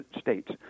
States